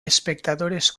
espectadores